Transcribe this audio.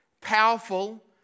powerful